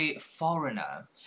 foreigner